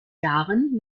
jahren